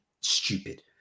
stupid